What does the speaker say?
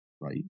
Right